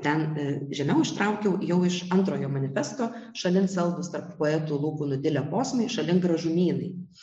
ten žemiau ištraukiau jau iš antrojo manifesto šalin saldūs tad poetų lūpų nudilę posmai šalin gražumynai